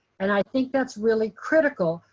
and i think that's really critical.